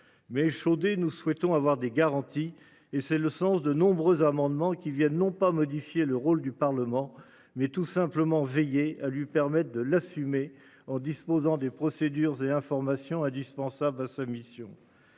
mais échaudé. Nous souhaitons avoir des garanties et c'est le sens de nombreux amendements qui viennent n'ont pas modifié le rôle du Parlement, mais tout simplement veiller à lui permettent de l'assumer en disposant des procédures et informations indispensables à sa mission.